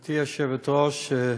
גברתי היושבת-ראש,